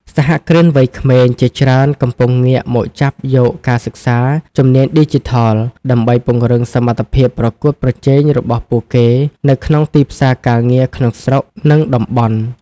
សហគ្រិនវ័យក្មេងជាច្រើនកំពុងងាកមកចាប់យកការសិក្សាជំនាញឌីជីថល ដើម្បីពង្រឹងសមត្ថភាពប្រកួតប្រជែងរបស់ពួកគេនៅក្នុងទីផ្សារការងារក្នុងស្រុក និងតំបន់។